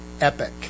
epic